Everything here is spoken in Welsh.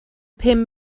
pum